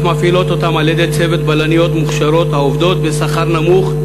מפעילות אותם על-ידי צוות בלניות מוכשרות העובדות בשכר נמוך,